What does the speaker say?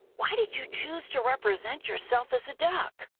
why did you choose to represent yourself as a duck?